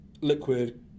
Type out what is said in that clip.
liquid